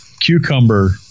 cucumber